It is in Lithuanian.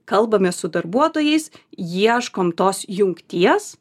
kalbamės su darbuotojais ieškom tos jungties